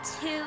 two